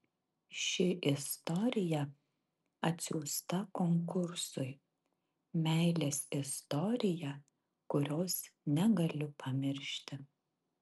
ši istorija atsiųsta konkursui meilės istorija kurios negaliu pamiršti